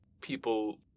people